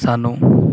ਸਾਨੂੰ